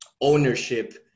ownership